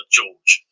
George